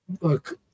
look